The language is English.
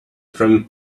from